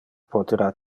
potera